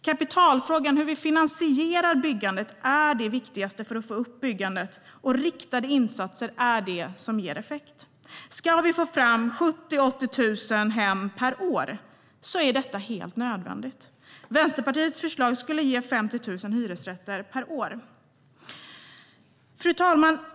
Kapitalfrågan, alltså hur vi finansierar byggandet, är det viktigaste för att få upp byggandet, och riktade insatser är det som ger effekt. Ska vi få fram 70 000-80 000 hem per år är detta helt nödvändigt. Vänsterpartiets förslag skulle ge 50 000 hyresrätter per år. Fru talman!